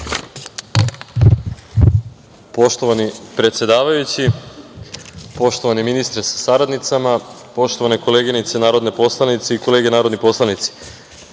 Poštovani predsedavajući, poštovani ministre sa saradnicama, poštovane koleginice narodne poslanice i kolege narodni poslanici,